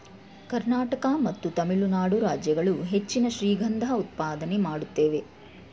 ಕರ್ನಾಟಕ ಮತ್ತು ತಮಿಳುನಾಡು ರಾಜ್ಯಗಳು ಹೆಚ್ಚಿನ ಶ್ರೀಗಂಧ ಉತ್ಪಾದನೆ ಮಾಡುತ್ತೇವೆ